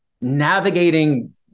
navigating